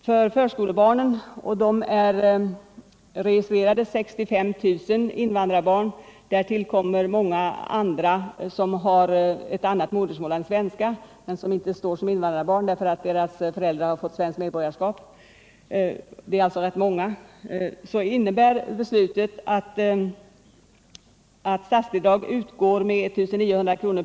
Vi har i dag 65 000 invandrarbarn i förskoleåldern. Därtill kommer ett stort antal barn som har andra modersmål än svenska men inte står upptagna som invandrarbarn därför att deras föräldrar har erhållit svenskt medborgarskap. Antalet barn är alltså ganska stort. Och för alla de barnen innebär det fattade beslutet att statsbidrag utgår med 1 900 kr.